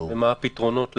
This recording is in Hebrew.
מה הפתרונות להם?